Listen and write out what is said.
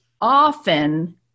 often